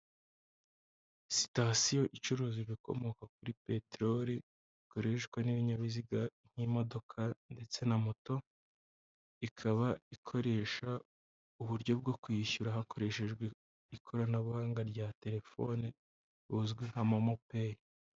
Sitasiyo icuruza ibikomoka kuri peteroli bikoreshwa n'ibinyabiziga nk'imodoka ndetse na moto, ikaba ikoresha uburyo bwo kwishyura hakoreshejwe ikoranabuhanga rya telefone buzwi nka momo peyi.